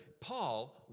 Paul